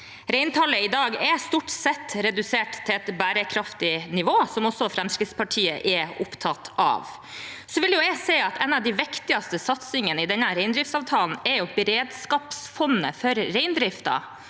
Reintallet i dag er stort sett redusert til et bærekraftig nivå, som også Fremskrittspartiet er opptatt av. En av de viktigste satsingene i denne reindriftsavtalen er beredskapsfondet for reindriften.